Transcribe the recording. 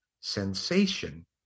sensation